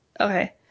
Okay